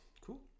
Cool